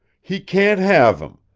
he can't have him!